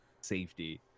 safety